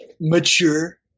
mature